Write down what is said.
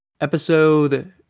Episode